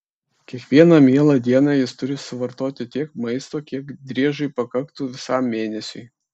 kiekvieną mielą dieną jis turi suvartoti tiek maisto kiek driežui pakaktų visam mėnesiui